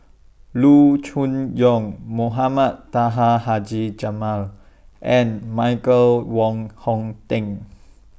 Loo Choon Yong Mohamed Taha Haji Jamil and Michael Wong Hong Teng